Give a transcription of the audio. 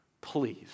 please